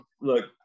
look